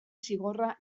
zigorra